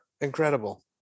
incredible